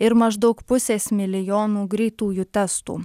ir maždaug pusės milijonų greitųjų testų